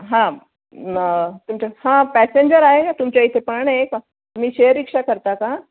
हां मग तुमच्या हां पॅसेंजर आहे तुमच्या इथे पण एक तुमी शेअर रिक्षा करता का